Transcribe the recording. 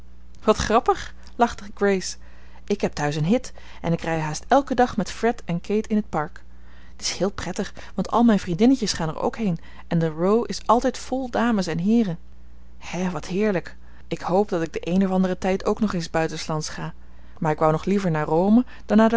wat grappig lachte grace ik heb thuis een hit en ik rijd haast elken dag met fred en kate in het park het is heel prettig want al mijn vriendinnetjes gaan er ook heen en de row is altijd vol dames en heeren hè wat heerlijk ik hoop dat ik den een of anderen tijd ook nog eens buitenslands ga maar ik wou nog liever naar rome dan naar